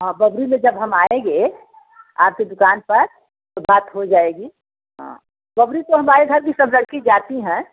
हाँ बबरी में जब हम आएँगे आपकी दुकान पर तो बात हो जाएगी हाँ बबरी तो हमारे घर की सब लड़की जाती हैं